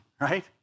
right